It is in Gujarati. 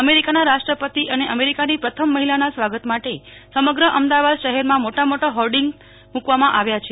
અમેરિકાના રાષ્ટ્રપતિ અને અમેરિકાની પ્રથમ મહિલાના સ્વાગત માટે સમગ્ર અમદાવાદ શહેરમાં મોટા મોટા હોર્ડિંગ મુકવામાં આવ્યા છે